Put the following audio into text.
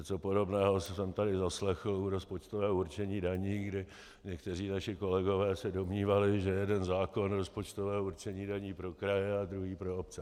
Něco podobného jsem tady zaslechl u rozpočtového určení daní, kdy někteří naši kolegové se domnívali, že jeden zákon rozpočtového určení daní je pro kraje a druhý pro obce.